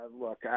look